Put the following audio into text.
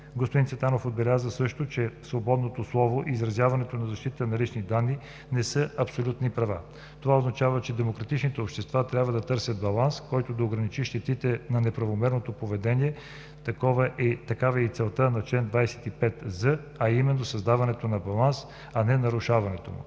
Господин Цветанов отбеляза също, че свободното слово и изразяване и защитата на личните данни не са абсолютни права. Това означава, че демократичните общества трябва да търсят баланс, който да ограничава щетите от неправомерно поведение, такава е и целта на чл. 25з, а именно създаване на баланс, а не нарушаването му.